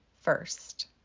first